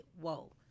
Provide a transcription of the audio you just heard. whoa